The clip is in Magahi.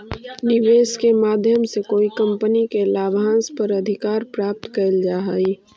निवेश के माध्यम से कोई कंपनी के लाभांश पर अधिकार प्राप्त कैल जा हई